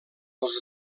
els